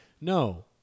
No